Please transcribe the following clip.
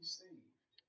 saved